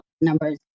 numbers